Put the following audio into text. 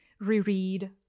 reread